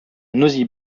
nosy